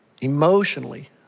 emotionally